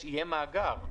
יהיה מאגר.